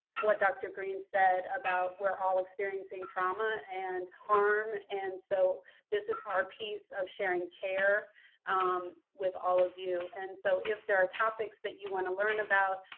what dr. green said about we're all experiencing trauma and harm, and so this is our piece of sharing care with all of you. and so if there are topics that you want to learn about,